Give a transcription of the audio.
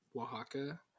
Oaxaca